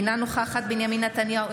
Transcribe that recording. אינה נוכחת בנימין נתניהו,